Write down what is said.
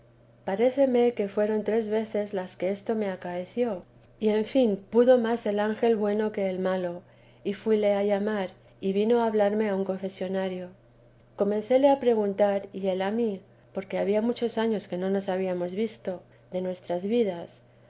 paréceme que fueron tres veces las que esto me acaeció y en fin pudo más el ángel bueno que el malo y fuíie a llamar y vino a hablarme a un confesonario comencéle a preguntar y él a mí porque había muchos años que no nos habíamos visto de nuestras vidas